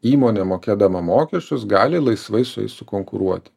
įmonė mokėdama mokesčius gali laisvai su jais sukonkuruoti